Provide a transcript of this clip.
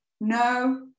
no